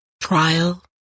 Trial